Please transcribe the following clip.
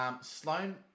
Sloan